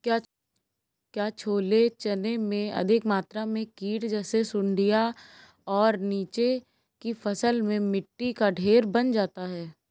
क्या छोले चने में अधिक मात्रा में कीट जैसी सुड़ियां और नीचे की फसल में मिट्टी का ढेर बन जाता है?